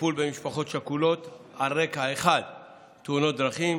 לטיפול במשפחות שכולות על רקע תאונות דרכים,